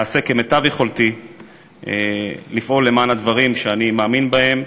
אעשה כמיטב יכולתי לפעול למען הדברים שאני מאמין בהם,